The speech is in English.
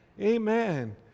Amen